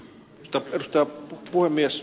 arvoisa puhemies